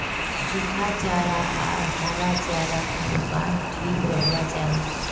सुखा चारा आर हरा चारार अनुपात ठीक रोह्वा चाहि